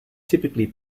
typically